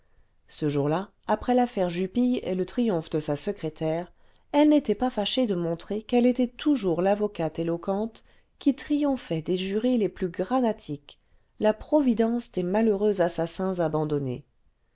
ce jour-là après l'affaire jupille et le triomphe de sa secrétaire elle n'était pas fâchée de montrer qu'elle était toujours l'avocate éloquente qui triomphait des jurés les plus granitiques la providence des malheureux assassins abandonnés